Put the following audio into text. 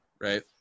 right